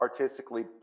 artistically